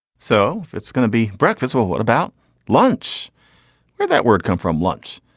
so it's gonna be breakfast well what about lunch hear that word come from lunch.